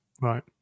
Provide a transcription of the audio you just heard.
Right